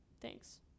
thanks